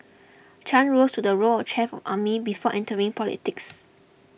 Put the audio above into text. Chan rose to the role of chief of army before entering politics